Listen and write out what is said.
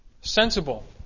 Sensible